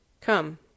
Come